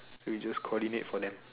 we just coordinate for them